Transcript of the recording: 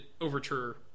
overture